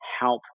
help